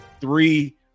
three